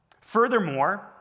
Furthermore